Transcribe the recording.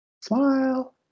smile